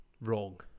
wrong